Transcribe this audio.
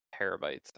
terabytes